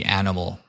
animal